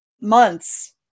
months